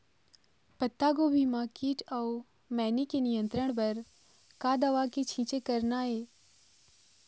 पत्तागोभी म कीट अऊ मैनी के नियंत्रण बर का दवा के छींचे करना ये?